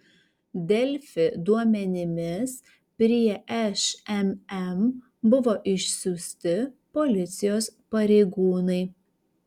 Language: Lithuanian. delfi duomenimis prie šmm buvo išsiųsti policijos pareigūnai